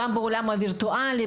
גם בעולם הווירטואלי,